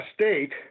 state